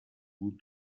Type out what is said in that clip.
بود